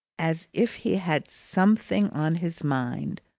as if he had something on his mind,